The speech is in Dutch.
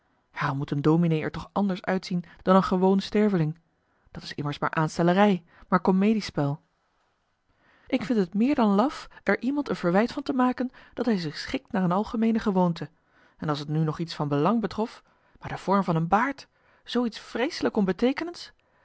moet een dominee er toch anders uitzien dan een gewoon sterveling dat is immers maar aanstellerij maar comediespel ik vind t meer dan laf er iemand een verwijt van te maken dat hij zich schikt naar een algemeene gewoonte en als t nu nog iets van belang betrof maar de vorm van een baard zoo iets vreeselijk